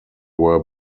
were